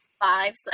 five